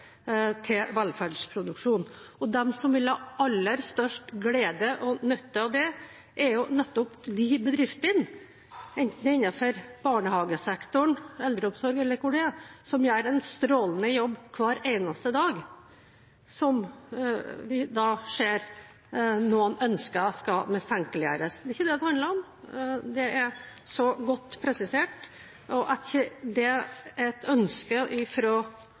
til velferdsproduksjon. De som vil ha aller størst glede og nytte av det, er nettopp de bedriftene – enten det er innenfor barnehagesektoren, eldreomsorg eller hvor det er – som gjør en strålende jobb hver eneste dag, og som vi ser noen ønsker skal mistenkeliggjøres. Det er ikke det det handler om – det er godt presisert. At det ikke er et ønske